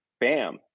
bam